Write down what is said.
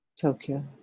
Tokyo